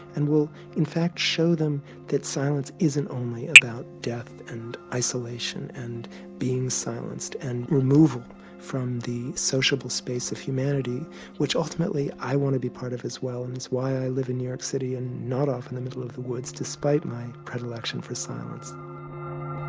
and will in fact show them that silence isn't only about death and isolation and being silenced and removal from the sociable space of humanity which ultimately i want to be part of as well, and is why i live in new york city and not off in the middle of the woods despite my predilection for silence.